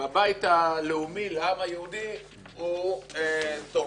והבית הלאומי לעם היהודי תורם